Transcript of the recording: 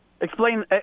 Explain